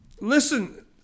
listen